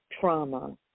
trauma